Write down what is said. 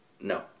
No